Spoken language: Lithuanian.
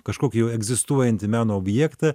kažkokį jau egzistuojantį meno objektą